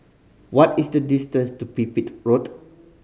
what is the distance to Pipit Road